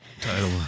title